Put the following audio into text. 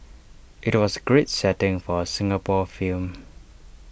IT was A great setting for A Singapore film